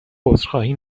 عذرخواهی